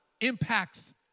impacts